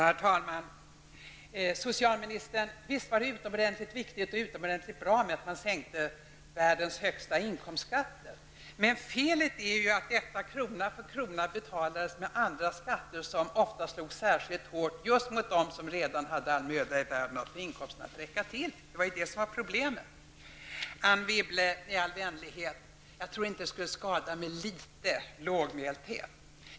Herr talman! Visst var det utomordentligt viktigt och bra, socialministern, att man sänkte världens högsta inkomstskatter. Men felet var att detta krona för krona betalades med andra skatter som ofta slog särskilt hårt mot just dem som hade all möda i världen att få inkomsten att räcka till. Det var problemet. I all vänlighet, Anne Wibble, vill jag säga att det inte skulle skada med litet lågmäldhet.